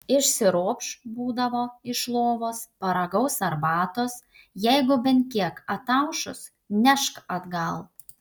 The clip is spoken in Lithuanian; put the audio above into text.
išsiropš būdavo iš lovos paragaus arbatos jeigu bent kiek ataušus nešk atgal